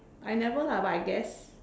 I never lah but I guess